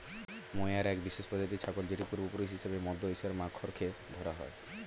mohair এক বিশেষ প্রজাতির ছাগল যেটির পূর্বপুরুষ হিসেবে মধ্য এশিয়ার মাখরকে ধরা হয়